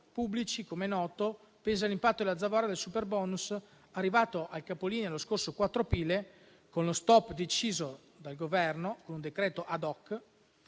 pubblici, come è noto, pesa l'impatto della zavorra del superbonus, arrivato al capolinea lo scorso 4 aprile, con lo stop deciso dal Governo con un decreto *ad hoc*,